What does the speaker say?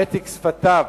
במתק שפתיו,